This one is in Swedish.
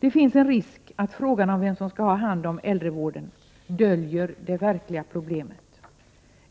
Det finns en risk för att frågan om vem som skall ta 47 Prot. 1988/89:105 hand om äldrevården döljer det verkliga problemet.